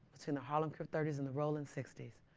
between the harlem crip thirty s and the rollin sixty s,